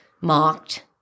mocked